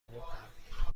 کنیم